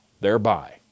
thereby